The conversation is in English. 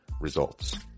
results